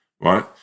Right